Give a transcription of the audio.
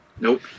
Nope